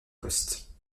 poste